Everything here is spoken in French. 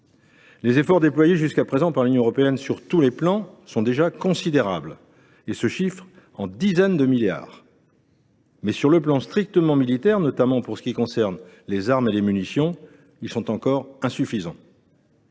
Les efforts déployés jusqu’à présent par l’Union européenne sur tous les plans sont considérables et se chiffrent en dizaines de milliards d’euros. Mais, sur le plan strictement militaire, notamment pour ce qui concerne les armes et les munitions, ils sont encore insuffisants.